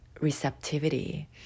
receptivity